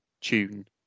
tune